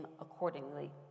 accordingly